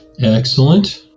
Excellent